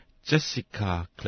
Jessica